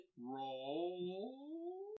Roll